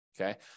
Okay